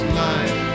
life